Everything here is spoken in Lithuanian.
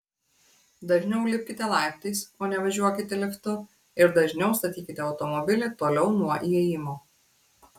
dažniau lipkite laiptais o ne važiuokite liftu ir dažniau statykite automobilį toliau nuo įėjimo